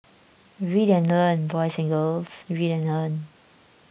read and learn boys and girls read and learn